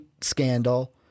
scandal